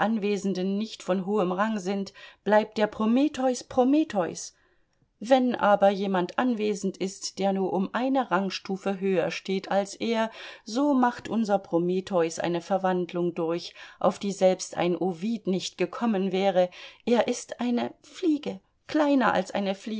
anwesenden nicht von hohem rang sind bleibt der prometheus prometheus wenn aber jemand anwesend ist der nur um eine rangstufe höher steht als er so macht unser prometheus eine verwandlung durch auf die selbst ein ovid nicht gekommen wäre er ist eine fliege kleiner als eine